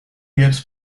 years